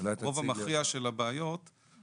הרוב המכריע של הבעיות,